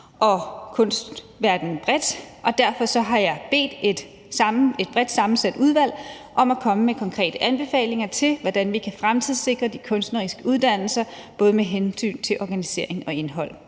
for kunstverdenen bredt. Derfor har jeg bedt et bredt sammensat udvalg om at komme med konkrete anbefalinger til, hvordan vi kan fremtidssikre de kunstneriske uddannelser både med hensyn til organisering og indhold.